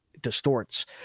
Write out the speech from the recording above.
distorts